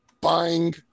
buying